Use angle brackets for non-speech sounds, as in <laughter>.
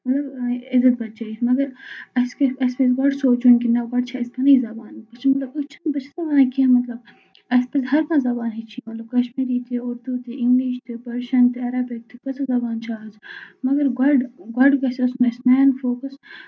مطلب عزت بَچٲیِتھ مَگر <unintelligible> اَسہِ اَسہِ پَزِ گۄڈٕ سونٛچُن کہِ نہ گۄڈٕ چھِ اَسہِ پَنٕنۍ زَبان بہٕ <unintelligible> أسۍ چھِنہٕ بہٕ چھَس نہٕ وَنان کیٚنٛہہ مطلب اَسہِ پَزِ ہر کانٛہہ زَبان ہیٚچھِںۍ مطلب کَشمیری تہِ اُردو تہِ اِنگلِش تہِ پٔرشن تہِ عربِک تہِ کٕژاہ زَبان چھِ آز مَگر گۄڈٕ گۄڈٕ گژھِ <unintelligible> مین فوکَس